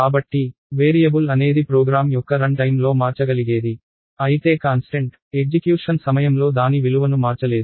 కాబట్టి వేరియబుల్ అనేది ప్రోగ్రామ్ యొక్క రన్ టైమ్ లో మార్చగలిగేది అయితే కాన్స్టెంట్ ఎగ్జిక్యూషన్ సమయంలో దాని విలువను మార్చలేదు